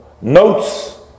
notes